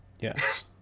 yes